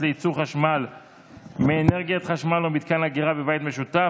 לייצור חשמל מאנרגיית חשמל או מתקן אגירה בבית משותף),